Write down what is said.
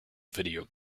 video